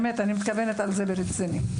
אני מתכוונת לזה ברצינות.